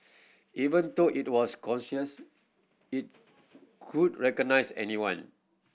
even though it was conscious he couldn't recognise anyone